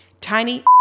Tiny